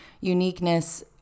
uniqueness